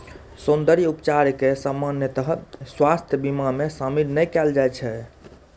सौंद्रर्य उपचार कें सामान्यतः स्वास्थ्य बीमा मे शामिल नै कैल जाइ छै